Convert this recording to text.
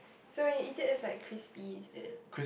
so when you eat it is like crispy is it